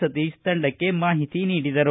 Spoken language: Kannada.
ಸತೀಶ್ ತಂಡಕ್ಕೆ ಮಾಹಿತಿ ನೀಡಿದರು